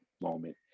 moment